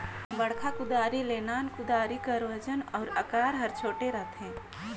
बड़खा कुदारी ले नान कुदारी कर ओजन अउ अकार हर छोटे रहथे